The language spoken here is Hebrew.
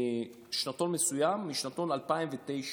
מ-2009